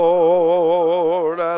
Lord